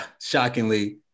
shockingly